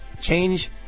change